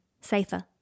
safer